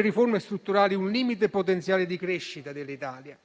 riforme strutturali un limite al potenziale di crescita dell'Italia